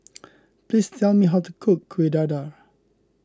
please tell me how to cook Kuih Dadar